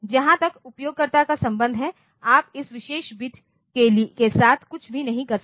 जहां तक उपयोगकर्ता का संबंध है आप इस विशेष बिट के साथ कुछ भी नहीं कर सकते